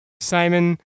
Simon